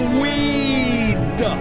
weed